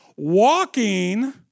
Walking